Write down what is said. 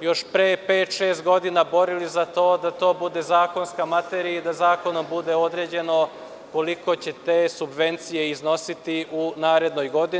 još pre pet-šest godina borili za to da to bude zakonska materija i da zakonom bude određeno koliko će te subvencije iznositi u narednoj godini.